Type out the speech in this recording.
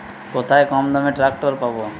কোথায় কমদামে ট্রাকটার পাব?